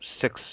six